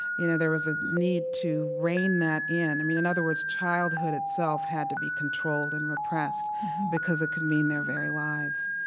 you know there was a need to reign that in. i mean, in other words, childhood itself had to be controlled and repressed because it could mean their very lives.